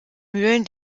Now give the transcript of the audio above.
mühlen